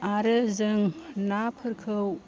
आरो जों नाफोरखौ